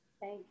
Thank